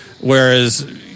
whereas